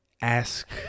ask